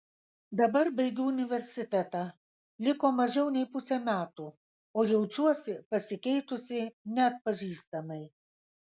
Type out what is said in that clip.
dabar baigiu universitetą liko mažiau nei pusė metų o jaučiuosi pasikeitusi neatpažįstamai